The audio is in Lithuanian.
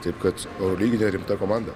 taip kad eurolyginė rimta komanda